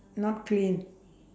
not clean